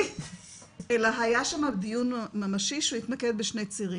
אלא היה שם דיון ממשי שהתמקד בשני צירים,